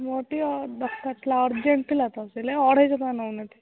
ମୋର ଟିକିଏ ଦରକାର ଥିଲା ଅରଜେଣ୍ଟ ଥିଲା ତ ସେଥିଲାଗି ଅଢ଼େଇଶହ ଟଙ୍କା ନେଉନାହାଁନ୍ତି